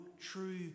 true